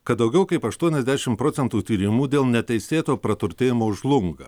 kad daugiau kaip aštuoniasdešim procentų tyrimų dėl neteisėto praturtėjimo žlunga